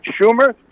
Schumer